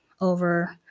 over